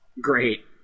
great